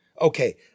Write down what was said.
Okay